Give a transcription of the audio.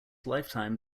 lifetime